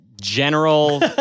general